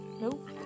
Nope